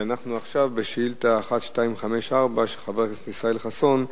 ואנחנו עכשיו בשאילתא 1254 של חבר הכנסת ישראל חסון,